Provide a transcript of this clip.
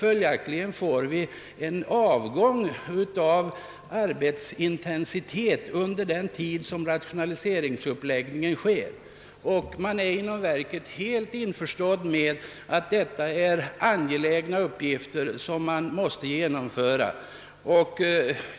Följaktligen blir det en nedgång i arbetsintensiteten under den tid då rationaliseringen läggs upp. Man är inom verket helt införstådd med att detta är angelägna uppgifter som måste utföras.